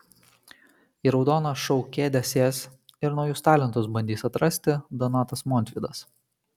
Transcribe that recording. į raudoną šou kėdę sės ir naujus talentus bandys atrasti donatas montvydas